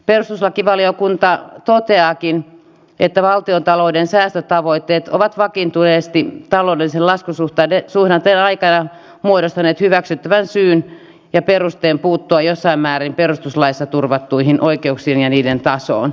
perustuslakivaliokunta toteaakin että valtiontalouden säästötavoitteet ovat vakiintuneesti taloudellisen laskusuhdanteen aikana muodostaneet hyväksyttävän syyn ja perusteen puuttua jossain määrin perustuslaissa turvattuihin oikeuksiin ja niiden tasoon